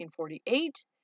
1948